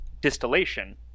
distillation